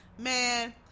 man